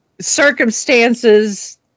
circumstances